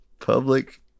Public